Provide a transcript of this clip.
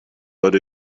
but